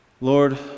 Lord